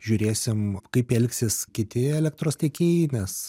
žiūrėsim kaip elgsis kiti elektros tiekėjai nes